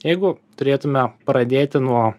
jeigu turėtume pradėti nuo